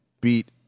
beat